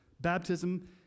Baptism